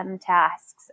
tasks